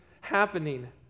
happening